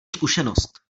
zkušenost